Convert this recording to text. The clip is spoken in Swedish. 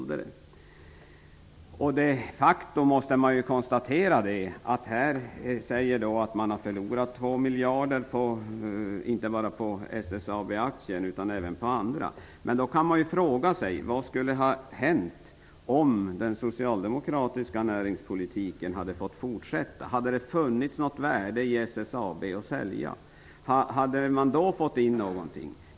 De facto måste man konstatera att det här sägs att man har förlorat 2 miljarder inte bara på SSAB-aktien utan även på andra. Men då kan man fråga sig vad som skulle ha hänt om den socialdemokratiska näringspolitiken hade fått fortsätta. Hade det funnits något värde i SSAB att sälja? Hade man då fått in någonting?